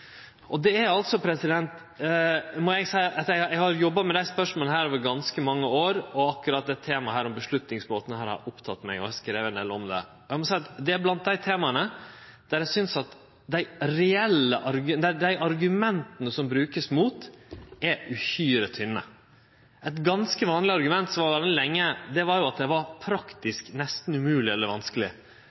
Eg har jobba med desse spørsmåla i ganske mange år, og akkurat dette temaet om vedtaksmåten har oppteke meg, og eg har skrive ein del om det. Eg må seie at det er blant dei temaene der eg synest at argumenta som vert brukte mot, er uhyre tynne. Eit argument som var vanleg ganske lenge, var at det var praktisk nesten umogleg eller vanskeleg.